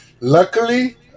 luckily